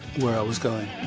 where i was going.